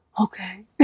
okay